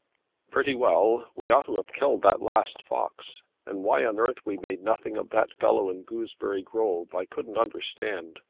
pretty well. we ought to have killed that last fox. and why on earth we made nothing of that fellow in gooseberry grove i couldn't understand.